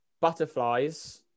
butterflies